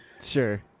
Sure